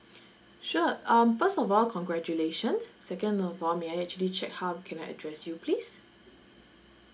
sure um first of all congratulations second of all may I actually check how can I address you please